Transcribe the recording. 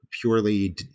purely